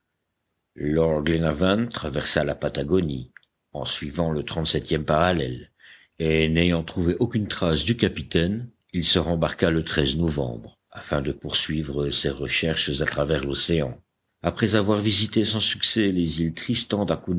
glenarvan traversa la patagonie en suivant le trenteseptième parallèle et n'ayant trouvé aucune trace du capitaine il se rembarqua le novembre afin de poursuivre ses recherches à travers l'océan après avoir visité sans succès les îles tristan